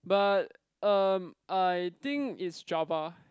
but um I think it's Java